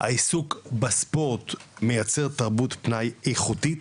העיסוק בספורט מייצר תרבות פנאי איכותית,